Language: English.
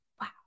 Wow